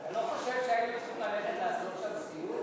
אתה לא חושב שהיינו צריכים ללכת לעשות שם סיור?